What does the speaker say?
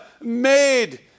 made